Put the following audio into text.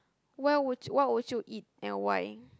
where would what would you eat and why